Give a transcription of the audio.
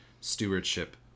stewardship